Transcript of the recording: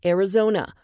Arizona